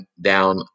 down